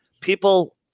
people